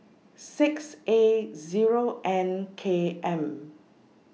six A Zero N K M